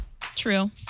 True